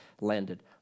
landed